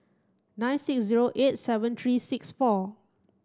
nine six zero eight seven three six four